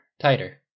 Tighter